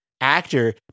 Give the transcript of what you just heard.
actor